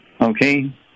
Okay